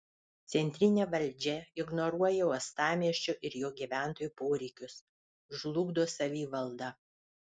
centrinė valdžia ignoruoja uostamiesčio ir jo gyventojų poreikius žlugdo savivaldą